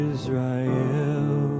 Israel